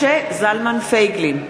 משה זלמן פייגלין,